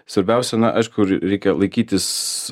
svarbiausia na aišku reikia laikytis